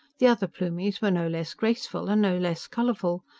the other plumies were no less graceful and no less colorful.